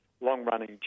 long-running